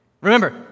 remember